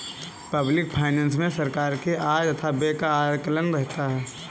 public finance मे सरकार के आय तथा व्यय का आकलन रहता है